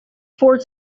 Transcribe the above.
fort